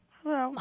Hello